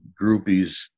groupies